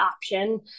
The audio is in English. option